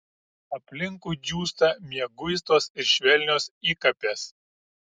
aplinkui džiūsta mieguistos ir švelnios įkapės